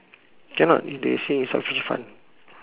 cannot they say insufficient fund